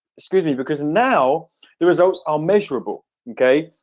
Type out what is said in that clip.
excuse me because now the results are measurable, okay?